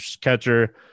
catcher